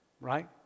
right